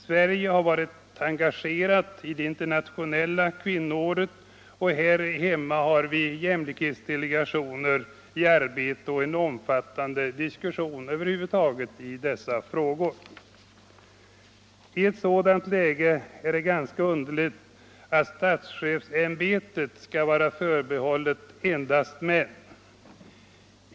Sverige har varit engagerat i det internationella kvinnoåret och här hemma har vi jämlikhetsdelegationer i arbete och en omfattande diskussion över huvud taget i dessa frågor. I ett sådant läge är det ganska underligt att statschefsämbetet skall vara förbehållet endast män.